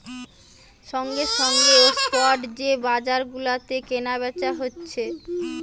সঙ্গে সঙ্গে ও স্পট যে বাজার গুলাতে কেনা বেচা হতিছে